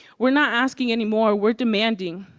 we are not asking anymore, we are demanding.